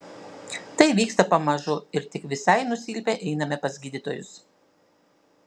tai vyksta pamažu ir tik visai nusilpę einame pas gydytojus